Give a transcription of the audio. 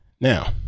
now